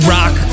Rock